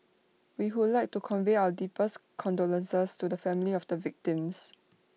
we would like to convey our deepest condolences to the families of the victims